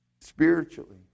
spiritually